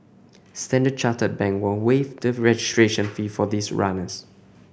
Standard Chartered Bank will waive the registration fee for these runners